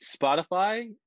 Spotify